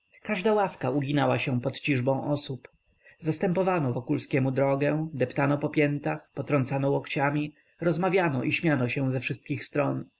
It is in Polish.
każda ławka uginała się pod ciżbą osób zastępowano wokulskiemu drogę deptano po piętach potrącano łokciami rozmawiano i śmiano się ze wszystkich stron